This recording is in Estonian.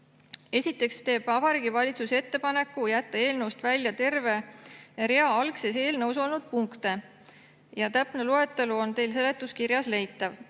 Esiteks teeb Vabariigi Valitsus ettepaneku jätta eelnõust välja terve rea algses eelnõus olnud punkte. Täpne loetelu on teil seletuskirjas leitav.